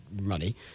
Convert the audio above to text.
money